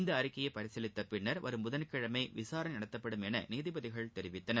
இந்த அறிக்கையை பரிசீலித்த பின்னர் வரும் புதன்கிழமை விசாரணை நடத்தப்படும் என நீதிபதிகள் தெரிவித்தனர்